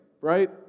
right